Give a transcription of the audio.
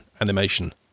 animation